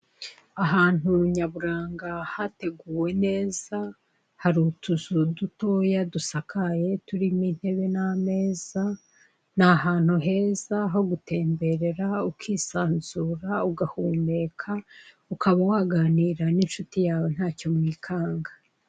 Ahantu nyaburanga hateguwe neza, hari utuzu dutoya, dusakaye, turimo intebe n'ameza, ni ahantu heza ho gutemberera, ukisanzura, ugahumeka, ukaba waganira n'inshuti yawe ntacyo mwikanga.